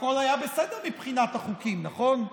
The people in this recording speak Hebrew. הכול היה בסדר מבחינת החוקים, נכון?